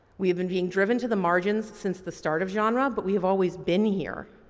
we have been being driven to the margins since the start of genre but we have always been here.